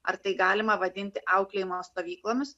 ar tai galima vadinti auklėjimo stovyklomis